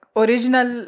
original